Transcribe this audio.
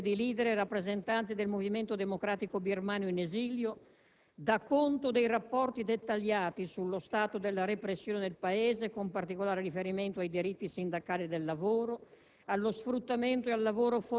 scorsi, con la partecipazione di *leader* e rappresentanti del movimento democratico birmano in esilio, dà conto dei rapporti dettagliati sullo stato della repressione del Paese, con particolare riferimento ai diritti sindacali e del lavoro,